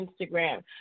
Instagram